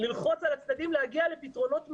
צריכים ללחוץ על הצדדים להגיע לפתרונות מהירים.